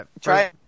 Try